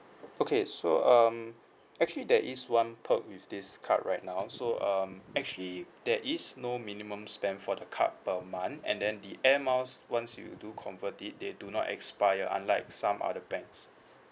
okay so um actually there is one perk with this card right now so um actually there is no minimum spend for the card per month and then the air miles once you do convert it they do not expire unlike some other banks